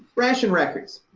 ration records.